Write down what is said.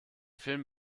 film